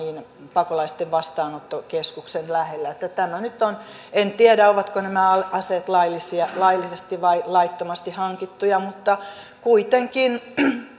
pakolaisten vastaanottokeskuksen lähellä en tiedä ovatko nämä aseet laillisesti vai laittomasti hankittuja mutta kuitenkin